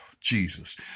Jesus